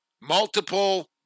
multiple